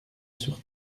sur